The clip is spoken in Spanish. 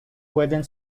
pueden